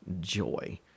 Joy